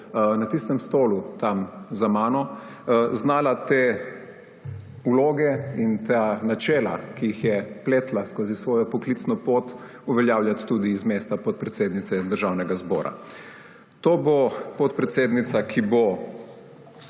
na tistem stolu, tam za mano, znala vloge in načela, ki jih je pletla skozi svojo poklicno pot, uveljavljati tudi z mesta podpredsednice Državnega zbora. To bo podpredsednica, ki bo